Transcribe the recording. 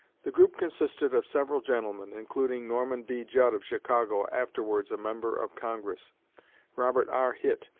the group consisted of several gentlemen, including norman b. judd of chicago, afterwards a member of congress robert r. hitt,